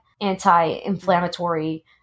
anti-inflammatory